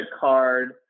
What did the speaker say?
card